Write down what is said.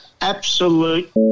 absolute